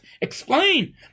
explain